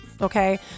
Okay